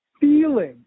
feeling